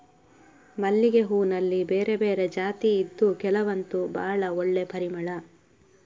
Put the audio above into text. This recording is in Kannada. ಮಲ್ಲಿಗೆ ಹೂನಲ್ಲಿ ಬೇರೆ ಬೇರೆ ಜಾತಿ ಇದ್ದು ಕೆಲವಂತೂ ಭಾಳ ಒಳ್ಳೆ ಪರಿಮಳ